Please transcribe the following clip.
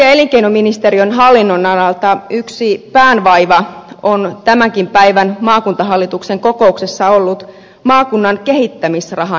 työ ja elinkeinoministeriön hallinnonalalta yksi päänvaiva on tämänkin päivän maakuntahallituksen kokouksessa ollut maakunnan kehittämisrahan leikkaus